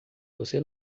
você